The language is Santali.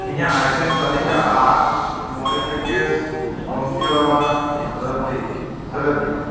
ᱤᱧᱟᱹᱜ ᱟᱭᱴᱮᱢ ᱛᱟᱹᱞᱤᱠᱟ ᱟᱨ ᱢᱚᱬᱮ ᱯᱮᱠᱮᱴᱥ ᱵᱚᱝᱥᱤᱣᱟᱞᱟ ᱨᱮᱵᱽᱰᱤ ᱥᱮᱞᱮᱫᱽ ᱢᱮ